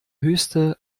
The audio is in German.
höchste